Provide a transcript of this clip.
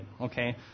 Okay